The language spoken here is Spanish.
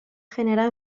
general